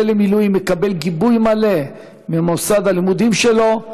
שיוצא למילואים יקבל גיבוי מלא ממוסד הלימודים שלו,